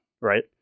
right